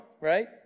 right